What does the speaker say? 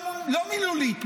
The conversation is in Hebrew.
לא מילולית,